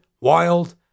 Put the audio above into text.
wild